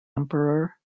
emperor